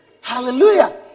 Hallelujah